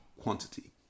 quantity